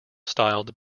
styled